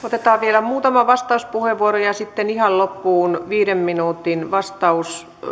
otetaan vielä muutama vastauspuheenvuoro ja sitten ihan loppuun viiden minuutin vastaus